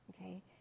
okay